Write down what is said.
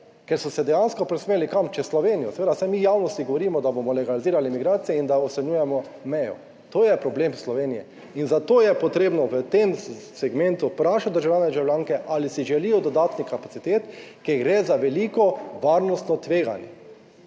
ker so se dejansko preusmerili. Kam? Čez Slovenijo. Seveda, saj mi v javnosti govorimo, da bomo legalizirali migracije in da ocenjujemo mejo. To je problem v Sloveniji in zato je potrebno v tem segmentu vprašati državljane in državljanke ali si želijo dodatnih kapacitet, ker gre za veliko varnostno tveganje.